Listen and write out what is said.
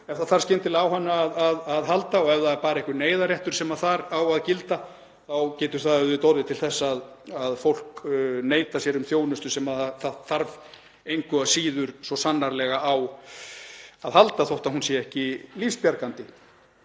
ef það þarf skyndilega á henni að halda. Ef það er bara einhver neyðarréttur sem þar á að gilda getur það orðið til þess að fólk neitar sér um þjónustu sem það þarf svo sannarlega á að halda þótt hún sé ekki lífsbjargandi.